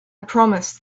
promised